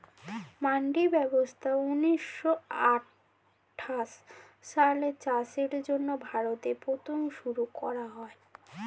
মান্ডি ব্যবস্থা ঊন্নিশো আঠাশ সালে চাষের জন্য ভারতে প্রথম শুরু করা হয়